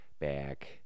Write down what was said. back